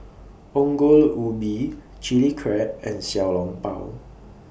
Ongol Ubi Chilli Crab and Xiao Long Bao